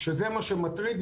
שזה מה שמטריד.